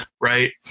right